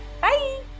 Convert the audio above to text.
Bye